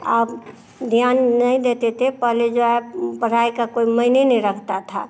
अब ध्यान नहीं देते थे पहले जो है पढ़ाई का कोई मायने नहीं रखता था